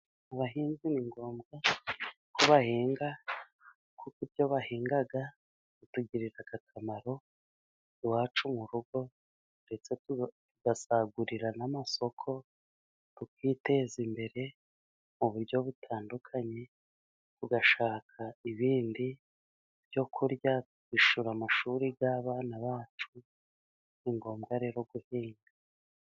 Abahinzi ni ngombwa ko bahinga kuko ibyo bahinga bitugirira akamaro iwacu mu rugo ndetse tugasagurira n'amasoko, tukiteza imbere mu buryo butandukanye, tugashaka ibindi byo kurya twishyura amashuri y'abana bacu. Ni ngombwa rero guhinga.